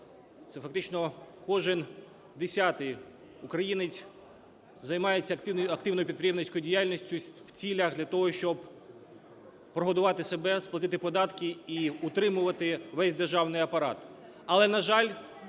Це фактично кожен десятий українець займається активною підприємницькою діяльністю в цілях для того, щоб прогодувати себе, сплатити податки і утримувати весь державний апарат.